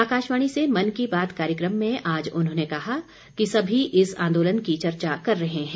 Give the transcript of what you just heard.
आकाशवाणी से मन की बात कार्यक्रम में आज उन्होंने कहा कि सभी इस आंदोलन की चर्चा कर रहे हैं